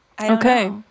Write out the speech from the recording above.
Okay